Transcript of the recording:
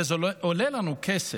אלא שזה עולה לנו כסף.